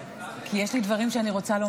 כי יש דברים שאני רוצה לומר לאוזניו.